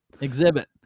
Exhibit